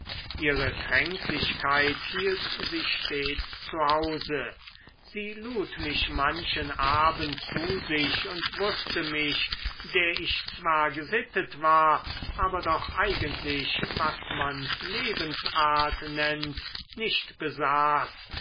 ihre kränklichkeit hielt sie stets zu hause sie lud mich manchen abend zu sich und wußte mich der ich zwar gesittet war aber doch eigentlich was man lebensart nennt nicht besaß